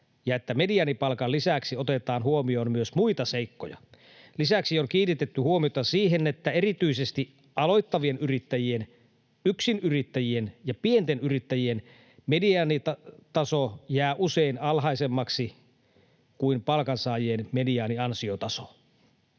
mediaanipalkan lisäksi otetaan huomioon muita seikkoja. Lisäksi on kiinnitetty huomiota siihen, että erityisesti aloittavien yrittäjien, yksin-yrittäjien ja pienten yrittäjien mediaanitaso jää usein alhaisemmaksi kuin palkansaajien mediaaniansiotaso.